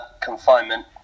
confinement